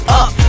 up